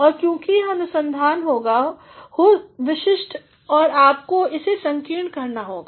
और क्योंकि यह अनुसंधान होगा हो विशिष्ट है आपको इसे संकीर्ण करना होगा